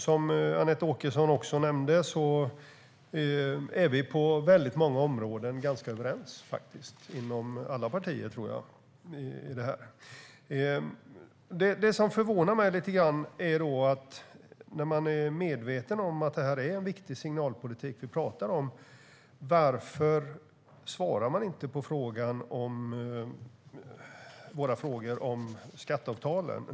Som Anette Åkesson nämnde är vi på många områden ganska överens inom alla partier. Men när man nu är så medveten om att detta är viktig signalpolitik förvånar det mig att man inte svarar på våra frågor om skatteavtalen.